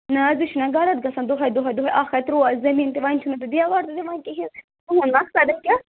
نہ حظ یہِ چھُنہ غلط گژھان دۄہَے دۄہَے اَکھَ ترٛوو اَسہِ زٔمیٖن تہِ وۄنۍ چھُو نہٕ تُہۍ دیوار تہِ دِوان کِہیٖنۍ تُہُنٛد مقصدا کیاہ